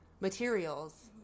materials